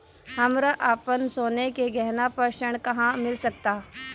हमरा अपन सोने के गहना पर ऋण कहां मिल सकता?